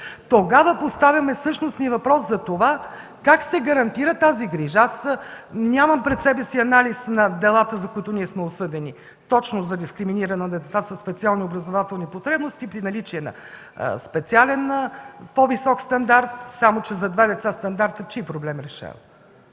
тогава поставяме същностния въпрос за това как се гарантира тази грижа. Аз нямам пред себе си анализ на делата, за които сме осъдени, точно за дискриминиране на деца със специални образователни потребности при наличие на специален по-висок стандарт. Само че за две деца стандартът чий проблем решава?